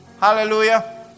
Hallelujah